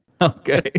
Okay